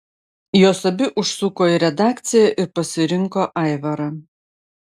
jos abi užsuko į redakciją ir pasirinko aivarą